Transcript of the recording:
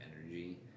energy